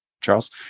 Charles